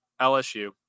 LSU